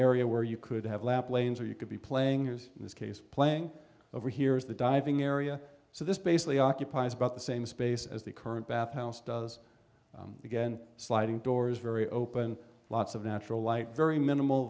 area where you could have lap lanes or you could be playing years in this case playing over here is the diving area so this basically occupies about the same space as the current bath house does again sliding doors very open lots of natural light very minimal